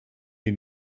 die